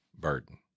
burden